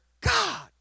God